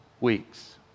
weeks